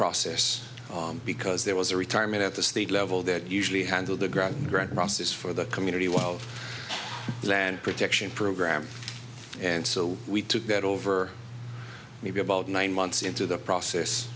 process because there was a retirement at the state level that usually handled the grattan grant process for the community while the land protection program and so we took that over maybe about nine months into the process